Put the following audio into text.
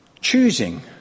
choosing